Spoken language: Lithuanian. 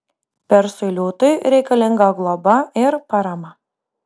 persui liūtui reikalinga globa ir parama